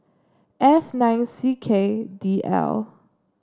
F nine C K D L